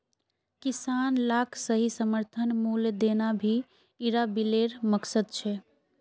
किसान लाक सही समर्थन मूल्य देना भी इरा बिलेर मकसद छे